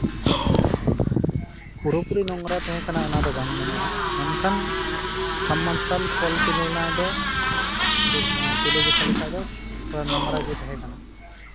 ᱯᱩᱨᱟᱹ ᱯᱩᱨᱤ ᱱᱳᱝᱨᱟ ᱛᱟᱦᱮᱸ ᱠᱟᱱᱟ ᱚᱱᱟᱫᱚ ᱵᱟᱝ ᱢᱮᱱᱚᱜᱼᱟ ᱢᱮᱱᱠᱷᱟᱱ ᱥᱟᱵ ᱢᱟᱨᱥᱟᱞ ᱠᱚᱞ ᱛᱩᱞᱚᱱᱟ ᱫᱚ ᱛᱩᱞᱟᱹ ᱡᱚᱠᱷᱟ ᱞᱮᱠᱷᱟᱡ ᱫᱚ ᱛᱷᱚᱲᱟ ᱱᱳᱝᱨᱟ ᱜᱮ ᱛᱟᱦᱮᱸ ᱠᱟᱱᱟ